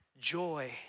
Joy